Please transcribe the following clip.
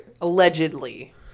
allegedly